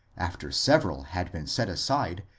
after several had been set aside,